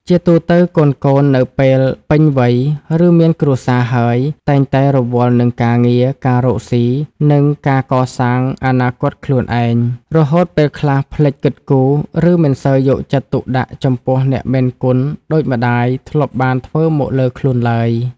ជាទូទៅ កូនៗនៅពេលពេញវ័យ ឬមានគ្រួសារហើយ តែងតែរវល់នឹងការងារ ការរកស៊ី និងការកសាងអនាគតខ្លួនឯង រហូតពេលខ្លះភ្លេចគិតគូរ ឬមិនសូវយកចិត្តទុកដាក់ចំពោះអ្នកមានគុណដូចម្ដាយធ្លាប់បានធ្វើមកលើខ្លួនឡើយ។